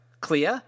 Clea